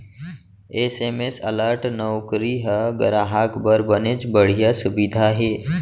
SMS alert नउकरी ह गराहक बर बनेच बड़िहा सुबिधा हे